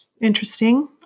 Interesting